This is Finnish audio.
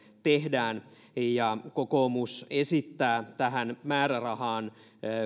tehdään ja kokoomus esittää tähän määrärahaan